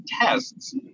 tests